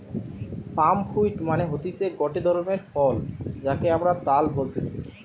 পাম fruit মানে হতিছে গটে ধরণের ফল যাকে আমরা তাল বলতেছি